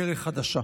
דרך חדשה.